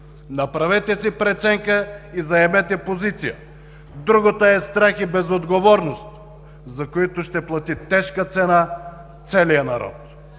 Направете си преценка и заемете позиция – другото е страх и безотговорност, за които ще плати тежка цена целият народ!